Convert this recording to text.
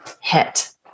hit